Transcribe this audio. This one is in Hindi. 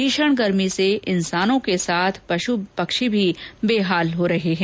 भीषण गर्मी से इंसानों के साथ साथ पश् पक्षी भी बेहाल हो रहे हैं